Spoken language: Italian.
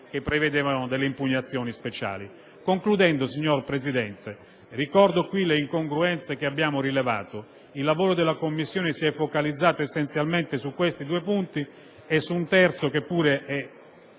che prevedevano delle impugnazioni speciali. Signor Presidente, ricordo qui le incongruenze che abbiamo rilevato, il lavoro della Commissione si è focalizzato essenzialmente su questi due punti e su un terzo che pure è